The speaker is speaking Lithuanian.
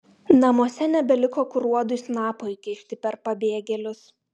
namuose nebeliko kur uodui snapo įkišti per pabėgėlius